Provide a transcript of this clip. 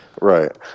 Right